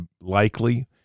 likely